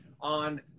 on